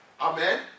Amen